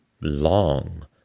long